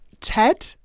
Ted